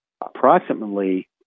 approximately